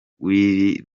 w’iri